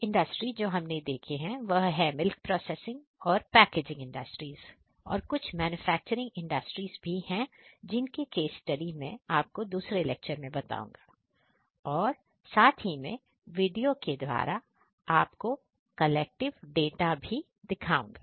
कुछ इंडस्ट्रीज जो हमने देखे हैं वह है मिल्क प्रोसेसिंग डाटा है वह दिखाऊंगा